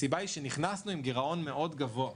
הסיבה היא כיוון שנכנסנו עם גירעון גבוה מאוד.